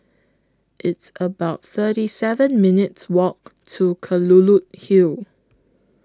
It's about thirty seven minutes Walk to Kelulut Hill